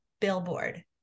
billboard